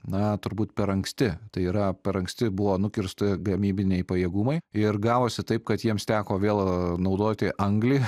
na turbūt per anksti tai yra per anksti buvo nukirsti gamybiniai pajėgumai ir gavosi taip kad jiems teko vėl naudoti anglį